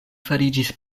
fariĝis